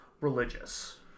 religious